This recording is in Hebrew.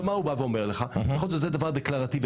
הוא אומר לך שזה דבר דקלרטיבי,